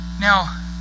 Now